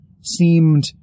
seemed